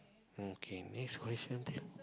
okay next question